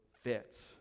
fits